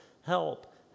help